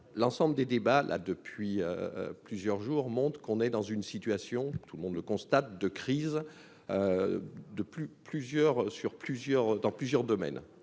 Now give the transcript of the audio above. l'ensemble des débats là depuis plusieurs jours, montre qu'on est dans une situation tout le monde le constate de crise de plus plusieurs sur